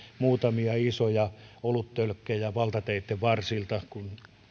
muutamia isoja oluttölkkejä valtateitten varsilta kun